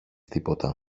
τίποτα